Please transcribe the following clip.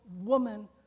woman